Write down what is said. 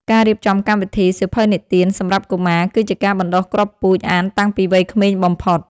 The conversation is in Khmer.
ការរៀបចំកម្មវិធី សៀវភៅនិទាន សម្រាប់កុមារ គឺជាការបណ្ដុះគ្រាប់ពូជអានតាំងពីវ័យក្មេងបំផុត។